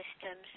systems